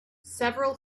several